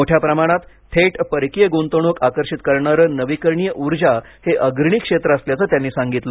मोठ्या प्रमाणात थेट परकीय गुंतवणूक आकर्षित करणारं नवीकरणीय ऊर्जा हे अग्रणी क्षेत्र असल्याचं त्यांनी सांगितलं